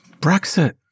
Brexit